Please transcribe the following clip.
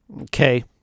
Okay